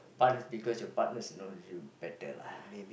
partners because your partners knows you better lah